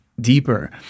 deeper